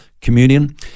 communion